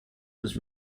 was